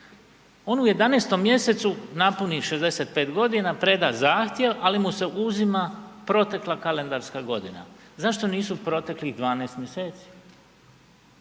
On u 11. mj. napuni 65 g., preda zahtjev ali mu se uzima protekla kalendarska godina. zašto nisu proteklih 12. mjeseci?